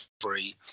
free